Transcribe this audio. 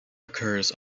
occurs